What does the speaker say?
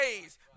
ways